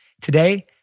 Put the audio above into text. Today